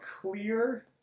clear